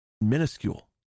minuscule